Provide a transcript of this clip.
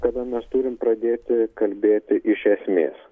kada mes turim pradėti kalbėti iš esmės